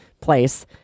place